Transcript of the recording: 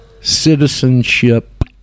Citizenship